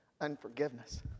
unforgiveness